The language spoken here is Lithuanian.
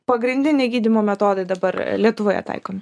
pagrindiniai gydymo metodai dabar lietuvoje taikomi